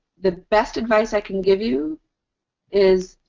the best advice i can give you is